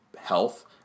health